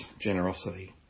generosity